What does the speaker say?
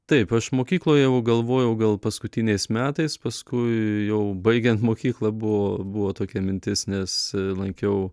taip aš mokykloje jau galvojau gal paskutiniais metais paskui jau baigiant mokyklą buvo buvo tokia mintis nes lankiau